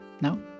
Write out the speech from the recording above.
No